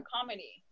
comedy